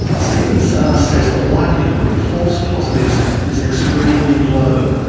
stephen sarre says the likelihood of false positives is extremely low.